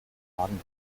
magen